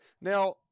Now